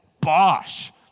bosh